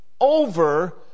over